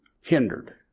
hindered